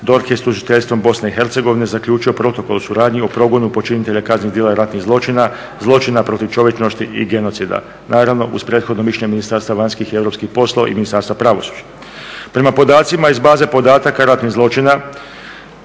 DORH je s tužiteljstvom Bosne i Hercegovine zaključio protokol o suradnji o progonu počinitelja kaznenih djela ratnih zločina, zločina protiv čovječnosti i genocida naravno uz prethodno mišljenje Ministarstva vanjskih i europskih poslova i Ministarstva pravosuđa. Prema podacima iz baze podataka ratnih zločina